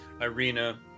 Irina